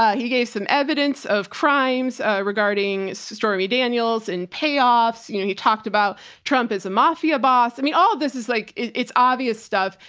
yeah he gave some evidence of crimes regarding stormy daniels and payoffs. you know, you talked about trump is a mafia boss. i mean, all of this is like, it's obvious stuff.